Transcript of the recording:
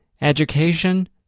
education